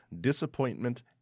disappointment